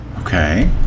Okay